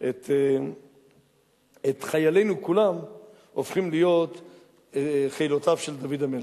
את חיילינו כולם הופכים להיות חילותיו של דוד המלך.